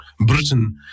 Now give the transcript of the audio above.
Britain